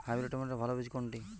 Hybrid টমেটোর ভালো বীজ কোনটি?